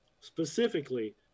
Specifically